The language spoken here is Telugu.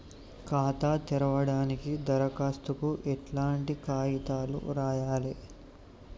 ఖాతా తెరవడానికి దరఖాస్తుకు ఎట్లాంటి కాయితాలు రాయాలే?